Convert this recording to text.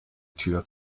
tür